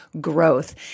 growth